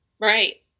Right